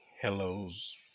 hellos